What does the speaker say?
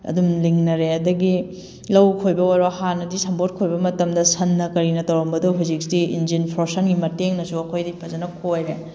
ꯑꯗꯨꯝ ꯂꯤꯡꯅꯔꯦ ꯑꯗꯒꯤ ꯂꯧ ꯈꯣꯏꯕ ꯑꯣꯏꯔꯣ ꯍꯥꯟꯅꯗꯤ ꯁꯝꯄꯣꯠ ꯈꯣꯏꯕ ꯃꯇꯝꯗ ꯁꯟꯅ ꯀꯔꯤꯅ ꯇꯧꯔꯝꯕꯗꯣ ꯍꯧꯖꯤꯛꯇꯤ ꯏꯟꯖꯤꯟ ꯐꯣꯔꯁꯟꯒꯤ ꯃꯇꯦꯡꯅꯁꯨ ꯑꯩꯈꯣꯏ ꯐꯖꯅ ꯈꯣꯏꯔꯦ